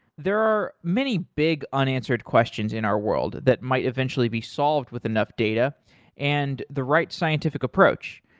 there are many big unanswered questions in our world that might eventually be solved with enough data and the right scientific approach.